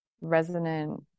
resonant